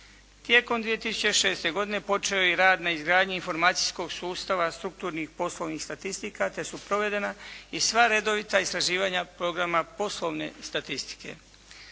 Tijekom 2006. godine počeo je i rad na izgradnji informacijskog sustava, strukturnih, poslovnih statistika, te su provedena i sva redovita istraživanja programa poslovne statistike.